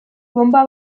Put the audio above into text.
bonba